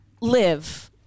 live